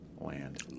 land